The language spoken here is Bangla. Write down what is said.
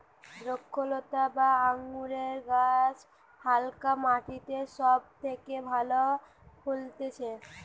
দ্রক্ষলতা বা আঙুরের গাছ হালকা মাটিতে সব থেকে ভালো ফলতিছে